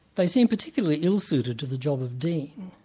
they seem particularly unsuited to the job of dean.